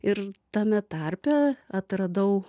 ir tame tarpe atradau